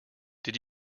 did